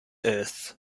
earth